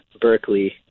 Berkeley